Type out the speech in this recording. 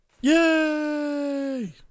Yay